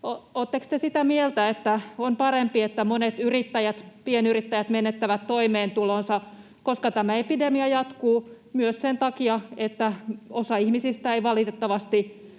Oletteko te sitä mieltä, että on parempi, että monet yrittäjät, pienyrittäjät menettävät toimeentulonsa, koska tämä epidemia jatkuu myös sen takia, että osa ihmisistä ei valitettavasti